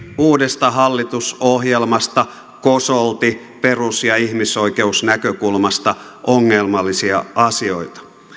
uudesta hallitusohjelmasta kosolti perus ja ihmisoikeusnäkökulmasta ongelmallisia asioita